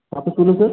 कहाँ पर चलूँ सर